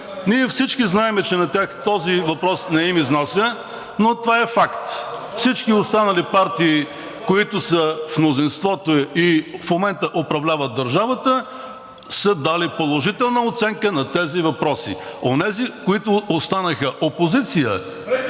Ние всички знаем, че на тях този въпрос не им изнася, но това е факт. Всички останали партии, които са в мнозинството и в момента управляват държавата, са дали положителна оценка на тези въпроси. Онези, които останаха опозиция,